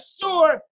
sure